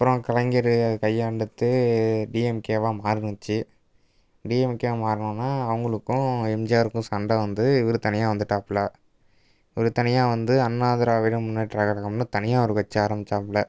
அப்புறம் கலைஞர் கையாண்டுட்டு டிஎம்கேவாக மாறுச்சு டிஎம்கேவாக மாறுனோன அவங்களுக்கும் எம்ஜிஆருக்கும் சண்டை வந்து இவர் தனியாக வந்துட்டாப்பில இவர் தனியாக வந்து அண்ணா திராவிட முன்னேற்ற கழகம்னு தனியாக ஒரு கட்சி ஆரம்பிச்சாப்புல